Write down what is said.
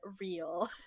real